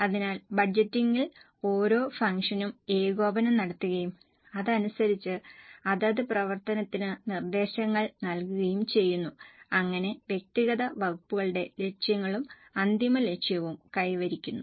അതിനാൽ ബജറ്റിംഗിൽ ഓരോ ഫംഗ്ഷനും ഏകോപനം നടത്തുകയും അതനുസരിച്ച് അതത് പ്രവർത്തനത്തിന് നിർദ്ദേശങ്ങൾ നൽകുകയും ചെയ്യുന്നു അങ്ങനെ വ്യക്തിഗത വകുപ്പുകളുടെ ലക്ഷ്യങ്ങളും അന്തിമ ലക്ഷ്യവും കൈവരിക്കുന്നു